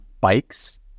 bikes